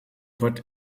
put